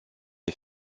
est